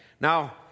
Now